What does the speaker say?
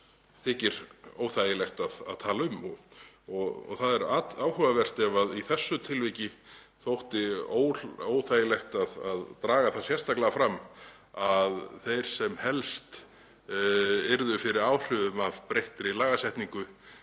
þykir óþægilegt að tala um. Það er áhugavert ef í þessu tilviki þótti óþægilegt að draga það sérstaklega fram að þeir sem helst yrðu fyrir áhrifum af breyttri lagasetningu,